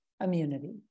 immunity